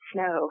Snow